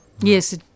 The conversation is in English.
Yes